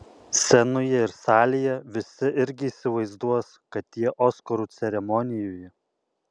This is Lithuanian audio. scenoje ir salėje visi irgi įsivaizduos kad jie oskarų ceremonijoje